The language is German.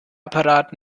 apparat